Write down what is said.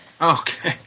Okay